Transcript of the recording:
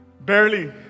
Barely